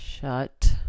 shut